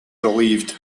relieved